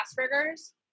Asperger's